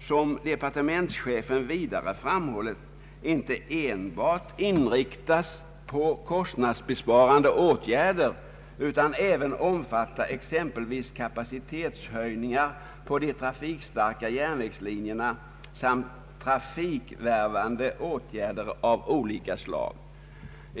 som departementschefen vidare framhållit, inte enbart inriktas på kostnadsbesparande åtgärder utan även omfatta exempelvis kapacitetshöjningar på de trafikstarka järnvägslinjerna samt trafikvärvande åtgärder av olika slag.